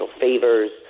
favors